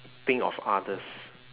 think of others